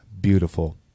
beautiful